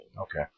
Okay